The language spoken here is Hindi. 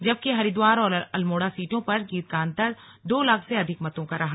जबकि हरिद्वार और अल्मोड़ा सीटों पर जीत का अंतर दो लाख से अधिक मतों का रहा